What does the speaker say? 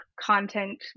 content